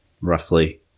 roughly